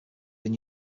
have